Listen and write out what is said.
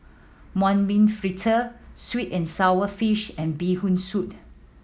mung bean fritter sweet and sour fish and Bee Hoon Soup